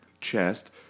chest